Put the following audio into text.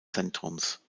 zentrums